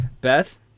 Beth